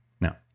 Now